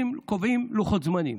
קובעים לוחות זמנים,